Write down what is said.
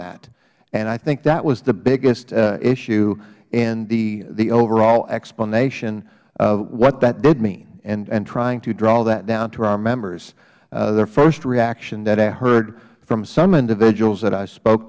that and i think that was the biggest issue in the overall explanation of what that did mean and trying to draw that down to our members the first reaction that i heard from some individuals that i spoke